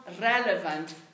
relevant